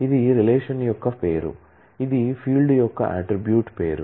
ఇది రిలేషన్ యొక్క పేరు ఇది ఫీల్డ్ యొక్క అట్ట్రిబ్యూట్ పేరు